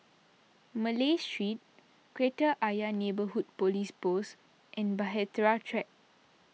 Malay Street Kreta Ayer Neighbourhood Police Post and Bahtera Track